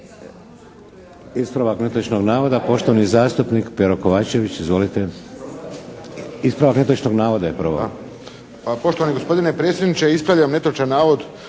Ispravak netočnog navoda, poštovani zastupnik Pero Kovačević. Izvolite. Ispravak netočnog navoda je prvo.